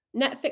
Netflix